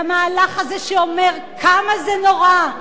למהלך הזה שאומר: כמה זה נורא,